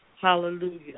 hallelujah